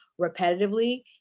repetitively